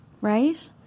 Right